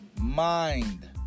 mind